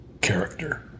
character